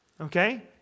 Okay